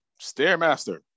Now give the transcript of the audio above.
Stairmaster